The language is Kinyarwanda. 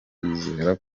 bizera